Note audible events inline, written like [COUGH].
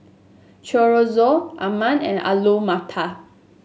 Chorizo [UNINTELLIGIBLE] and Alu Matar